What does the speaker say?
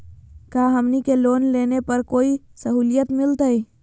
का हमनी के लोन लेने पर कोई साहुलियत मिलतइ?